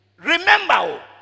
remember